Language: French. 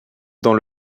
dans